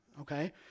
okay